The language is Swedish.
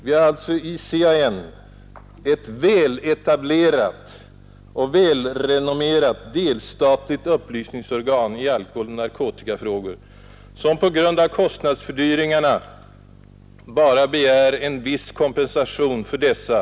Vi har alltså i CAN ett väletablerat och välrenommerat, delstatligt upplysningsorgan i alkohol och narkotikafrågor, som på grund av kostnadsfördyringarna bara begär en viss kompensation för dessa.